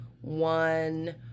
one